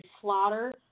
slaughter